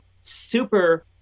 super